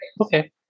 Okay